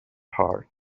heart